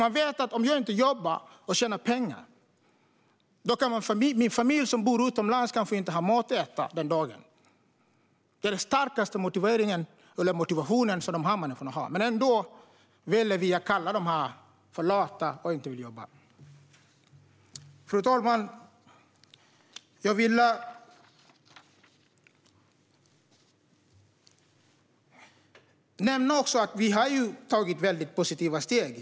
Jag vet att om jag inte jobbar och tjänar pengar kan min familj som bor utomlands kanske inte ha mat att äta den dagen. Det är den starkaste motivationen som de människorna har. Men ändå väljer vi att kalla dem för lata och säger att de inte vill jobba. Fru talman! Jag vill nämna att vi har tagit väldigt positiva steg.